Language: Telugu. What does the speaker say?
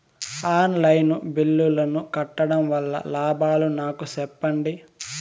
ఆన్ లైను బిల్లుల ను కట్టడం వల్ల లాభాలు నాకు సెప్పండి?